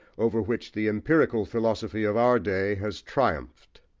over which the empirical philosophy of our day has triumphed.